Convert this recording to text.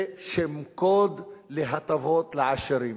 זה שם קוד להטבות לעשירים.